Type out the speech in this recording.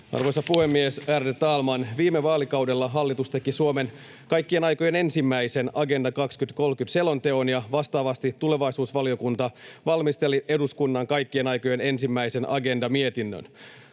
Arvoisa puhemies, ärade talman! Viime vaalikaudella hallitus teki Suomen kaikkien aikojen ensimmäisen Agenda 2030 ‑selonteon ja vastaavasti tulevaisuusvaliokunta valmisteli eduskunnan kaikkien aikojen ensimmäisen Agenda-mietinnön.